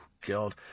god